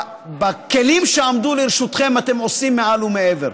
בכלים שעמדו לרשותכם אתם עושים מעל ומעבר.